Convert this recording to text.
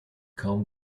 kaum